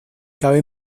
cabe